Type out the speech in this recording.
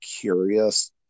curious